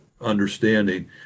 understanding